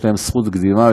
יש להם זכות קדימה,